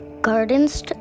gardens